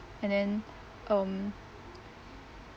and then um